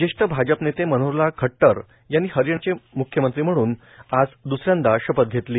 ज्येष्ठ भाजपनेते मनोहरलाल खट्टर यांनी हरयाणाचे मुख्यमंत्री म्हणून आज दुसऱ्यांदा शपथ घेतली